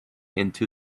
into